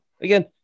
again